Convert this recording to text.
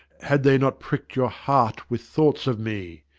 had they not pricked your heart with thoughts of me.